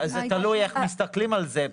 זה תלוי איך מסתכלים על זה.